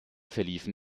verliefen